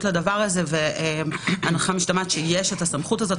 לכך והנחה משתמעת שיש הסמכות הזו.